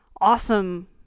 awesome